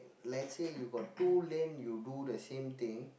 let's say you got two lane you do the same thing